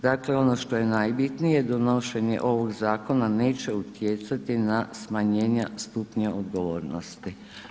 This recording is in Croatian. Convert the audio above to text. Dakle ono što je najbitnije, donošenje ovog zakona neće utjecati na smanjenja stupnja odgovornosti.